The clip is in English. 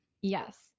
Yes